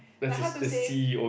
like how to say